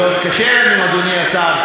זה עוד קשה לנו, אדוני השר.